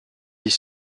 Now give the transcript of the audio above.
des